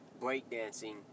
breakdancing